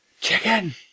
Chicken